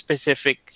specific